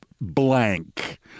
Blank